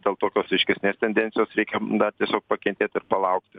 dėl tokios aiškesnės tendencijos rėkia dar tiesiog pakentėt ir palaukti